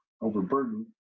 overburdened